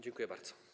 Dziękuję bardzo.